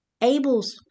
Abel's